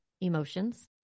emotions